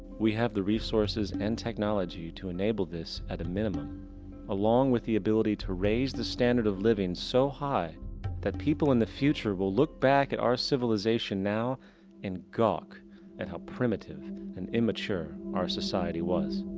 we have the resources and technology to enable this at a minimum along with the ability to raise the standards of living so high that people in the future will look back at our civilisation now and gawk and how primitive and immature our society was.